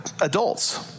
adults